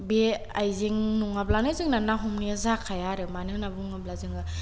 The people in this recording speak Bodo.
बे आइजें नङाब्लानो जोंना ना हमनाया जाखाया आरो मानो होन्ना बुङोब्ला जोङो